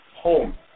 home